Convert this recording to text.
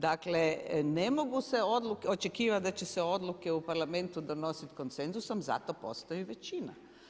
Dakle, ne može se očekivati da će se odluke u Parlamentu donositi konsenzusom zato postoji većina.